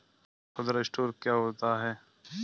खुदरा स्टोर क्या होता है?